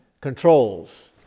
controls